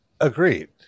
Agreed